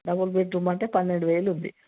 double bedroom అంటే పన్నెండు వేలు ఉంది